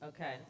Okay